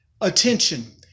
Attention